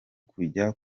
kujya